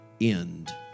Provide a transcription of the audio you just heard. End